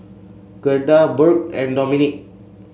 Gerda Burk and Dominique